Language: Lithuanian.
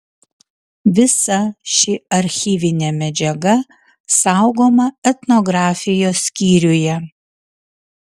visa ši archyvinė medžiaga saugoma etnografijos skyriuje